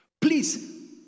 Please